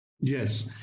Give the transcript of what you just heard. Yes